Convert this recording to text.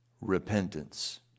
repentance